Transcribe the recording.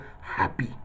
happy